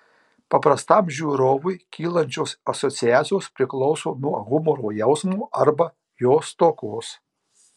paprastam žiūrovui kylančios asociacijos priklauso nuo humoro jausmo arba jo stokos